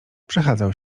przechadzał